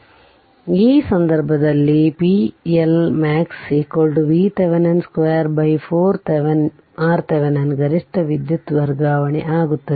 ಆದ್ದರಿಂದ ಆ ಸಂದರ್ಭದಲ್ಲಿ pLmax VThevenin 2 by 4 RThevenin ಗರಿಷ್ಠ ವಿದ್ಯುತ್ ವರ್ಗಾವಣೆ ಆಗುತ್ತದೆ